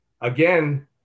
Again